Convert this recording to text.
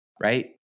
Right